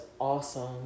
awesome